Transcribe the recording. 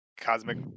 cosmic